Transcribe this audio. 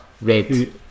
red